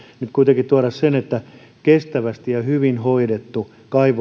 nyt kuitenkin tuoda sen että kestävästi ja hyvin hoidettu